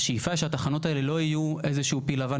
השאיפה שהתחנות האלו לא יהיו איזה שהוא פיל לבן